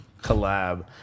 collab